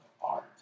art